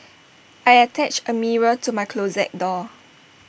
I attached A mirror to my closet door